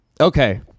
Okay